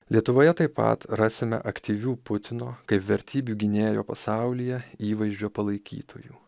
lietuvoje taip pat rasime aktyvių putino kaip vertybių gynėjo pasaulyje įvaizdžio palaikytojų